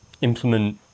implement